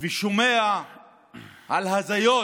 ושומע על הזיות